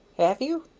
have you?